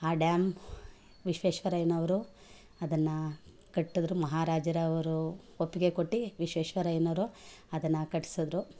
ಆ ಡ್ಯಾಮ್ ವಿಶ್ವೇಶ್ವರಯ್ಯನವರು ಅದನ್ನು ಕಟ್ಟಿದರು ಮಹಾರಾಜರವರು ಒಪ್ಪಿಗೆ ಕೊಟ್ಟು ವಿಶ್ವೇಶ್ವರಯ್ಯನವರು ಅದನ್ನು ಕಟ್ಟಿಸಿದ್ರು